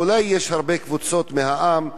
ואולי יש הרבה קבוצות מהעם,